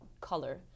color